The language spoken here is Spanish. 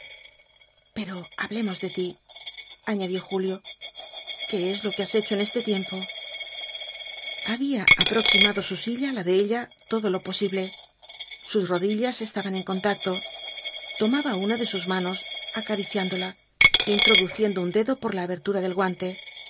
pero hablemos de ti añadió julio qué es lo que has hecho en este tiempo había aproximado su silla á la de ella todo lo posible sus rodillas estaban en contacto tomaba una de sus manos acariciándola introduciendo un dedo por la abertura del guante